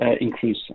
increase